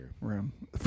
room